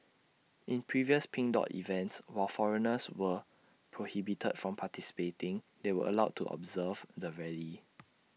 in previous pink dot events while foreigners were prohibited from participating they were allowed to observe the rally